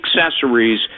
accessories